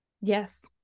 Yes